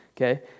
okay